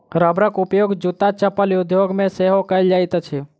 रबरक उपयोग जूत्ता चप्पल उद्योग मे सेहो कएल जाइत अछि